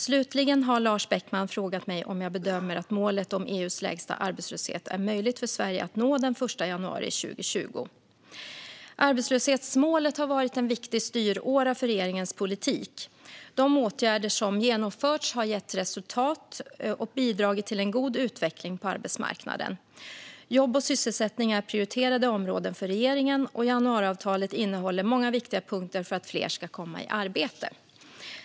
Slutligen har Lars Beckman frågat mig om jag bedömer att målet om EU:s lägsta arbetslöshet är möjligt för Sverige att nå den 1 januari 2020. Arbetslöshetsmålet har varit en viktig styråra för regeringens politik. De åtgärder som genomförts har gett resultat och bidragit till en god utveckling på arbetsmarknaden. Jobb och sysselsättning är prioriterade områden för regeringen, och januariavtalet innehåller många viktiga punkter för att fler ska komma i arbete.